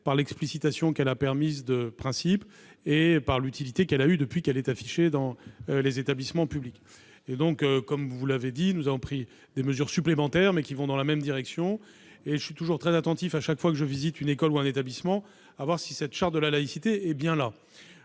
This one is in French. par l'explicitation qu'elle a permise de principes et par l'utilité qu'elle a depuis qu'elle est affichée dans les établissements publics. Comme il a été souligné, nous avons pris des mesures supplémentaires qui vont dans la même direction. Je suis toujours très attentif, chaque fois que je visite une école ou un établissement, à la présence de la charte de la laïcité. C'est une